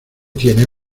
tiene